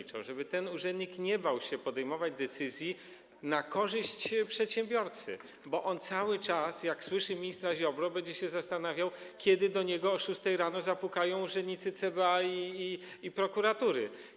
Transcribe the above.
Chodzi o to, żeby ten urzędnik nie bał się podejmować decyzji na korzyść przedsiębiorcy, bo on cały czas, jak usłyszy ministra Ziobrę, będzie się zastanawiał, kiedy do niego o godz. 6 rano zapukają urzędnicy CBA i prokuratury.